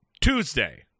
Tuesday